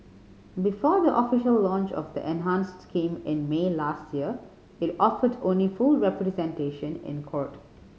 before the official launch of the enhanced scheme in May last year it offered only full representation in a court